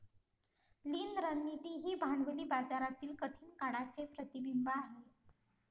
लीन रणनीती ही भांडवली बाजारातील कठीण काळाचे प्रतिबिंब आहे